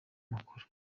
amakuru